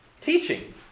teaching